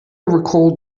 recalled